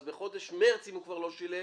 אז בחודש מרץ אם הוא כבר לא שילם,